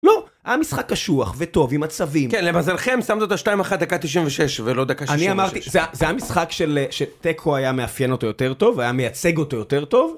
לא, היה משחק קשוח, וטוב, עם מצבים. כן, למזלכם שמנו את השתיים-אחת דקה תשעים ושש, ולא דקה ששים ושש. אני אמרתי, זה היה משחק של... שתיקו היה מאפיין אותו יותר טוב, היה מייצג אותו יותר טוב.